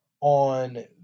on